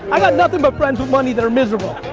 i got nothing but friends with money that are miserable.